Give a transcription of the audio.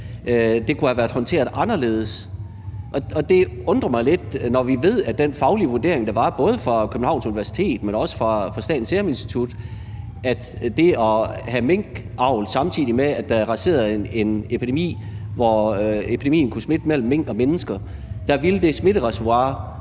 det kunne have været håndteret anderledes, og det undrer mig lidt, når vi ved, at den faglige vurdering, både fra Københavns Universitet og fra Statens Serum Institut, sagde, at ved at have minkavl, samtidig med at der raserede en epidemi, hvor virus kunne smitte mellem mink og mennesker, ville det smittereservoir